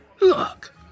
Look